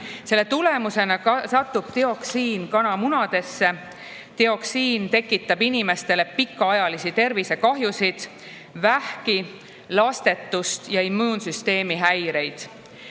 Selle tagajärjel satub dioksiin kanamunadesse. Dioksiin tekitab inimestele pikaajalisi tervisekahjusid, vähki, lastetust ja immuunsüsteemi häireid.